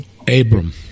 Abram